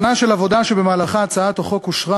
שנה של עבודה שבמהלכה הצעת החוק אושרה